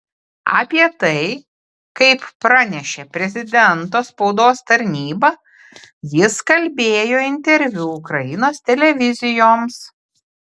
apie tai kaip pranešė prezidento spaudos tarnyba jis kalbėjo interviu ukrainos televizijoms